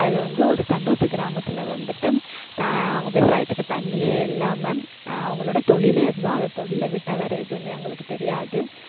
அதில் வந்து ஒரு தன்னூத்து கிராமத்தில் வந்துட்டு விவசாயத்துக்கு தண்ணியே இல்லாமல் அவங்களோட தொழிலே அதுதான் அந்த தொழில விட்டால் வேறு எதுவுமே அவங்களுக்கு தெரியாது